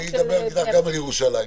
אני אדבר איתך גם על ירושלים.